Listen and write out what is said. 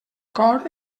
cor